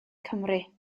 cymru